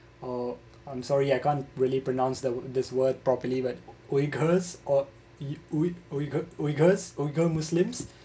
uh I'm sorry I can't really pronounce the this word properly but uighur or ug~ uighur muslims